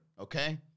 Okay